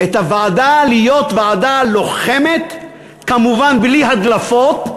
את הוועדה להיות ועדה לוחמת, כמובן בלי הדלפות,